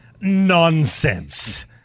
nonsense